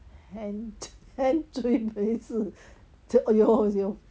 很很追没事有有